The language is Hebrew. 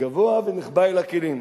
גבוה ונחבא אל הכלים.